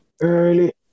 early